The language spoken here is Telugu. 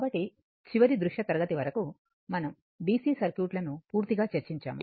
కాబట్టి చివరి దృశ్య తరగతి వరకు మనం DC సర్క్యూట్ లను పూర్తిగా చర్చించాము